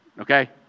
Okay